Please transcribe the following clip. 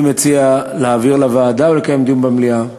אני מציע להעביר לוועדה או לקיים דיון במליאה.